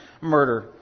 murder